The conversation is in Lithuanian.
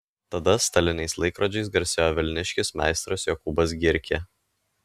tada staliniais laikrodžiais garsėjo vilniškis meistras jokūbas gierkė